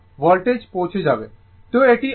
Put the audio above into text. তো এটি IC